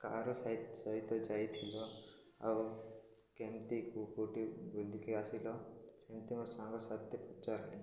କାହାର ସହିତ ଯାଇଥିଲ ଆଉ କେମିତି କେଉଁଠି ବୁଲିକି ଆସିଲ ସେମିତି ମୋ ସାଙ୍ଗସାଥି ପଚାରିଲେ